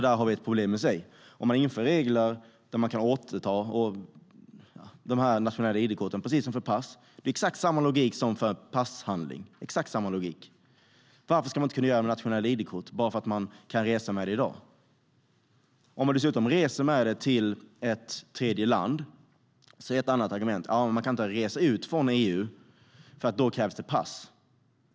Där har vi ett problem i sig: Om man inför regler om att kunna återta nationella id-kort precis som pass följer det exakt samma logik som för passhandling - exakt samma logik. Varför ska man inte kunna göra det med det nationella id-kortet bara för att man kan resa med det i dag? Om man dessutom reser med det till ett tredjeland är ett annat argument att man inte kan resa ut från EU, för då krävs det pass.